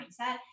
mindset